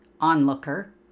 onlooker